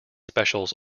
specials